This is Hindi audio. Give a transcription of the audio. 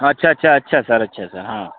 अच्छा अच्छा अच्छा सर अच्छा सर हाँ